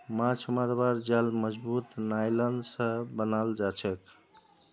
माछ मरवार जाल मजबूत नायलॉन स बनाल जाछेक